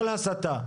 כל הסתה.